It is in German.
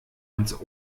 ans